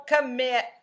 commit